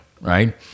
Right